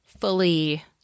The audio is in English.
fully